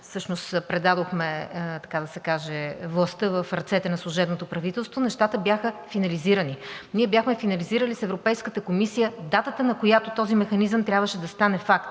всъщност предадохме, така да се каже, властта в ръцете на служебното правителство, нещата бяха финализирани. Ние бяхме финализирали с Европейската комисия датата, на която този механизъм трябваше да стане факт,